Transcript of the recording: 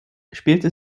spielte